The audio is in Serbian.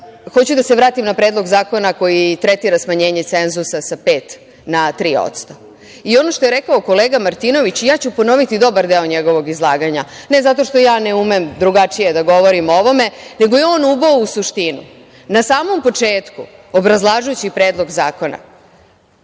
Hoću da se vratim na Predlog zakona koji tretira smanjenje cenzusa sa 5% na 3%.Ono što je rekao kolega Martinović i ja ću ponoviti dobar deo njegovog izlaganja, ne zato što ja ne umem drugačije da govorim o ovome, nego je on uboo u suštinu. Na samom početku obrazlažući Predlog zakona